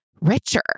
richer